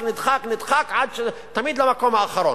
נדחק, נדחק, נדחק תמיד למקום האחרון,